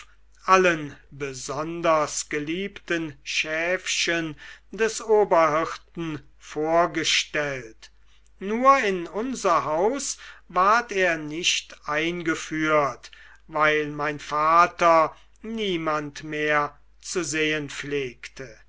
allen besonders geliebten schäfchen des oberhirten vorgestellt nur in unser haus ward er nicht eingeführt weil mein vater niemand mehr zu sehen